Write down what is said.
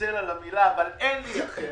מתנצל על המילה, אבל אין לי אחרת.